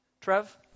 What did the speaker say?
Trev